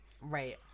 right